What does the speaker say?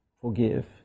forgive